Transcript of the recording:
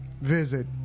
visit